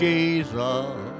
Jesus